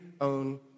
own